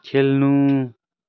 खेल्नु